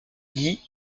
guye